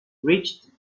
reached